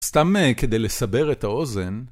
סתם כדי לסבר את האוזן.